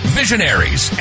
visionaries